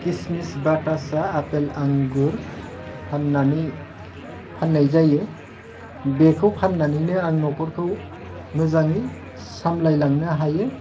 किसमिस बाटासा आपेल आंगुर फाननाय जायो बेखौ फाननानैनो आं न'खरखौ मोजाङै सामलायलांनो हायो